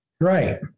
right